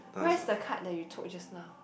where's the card that you took just now